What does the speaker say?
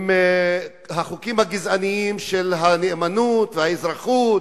עם החוקים הגזעניים של הנאמנות, והאזרחות,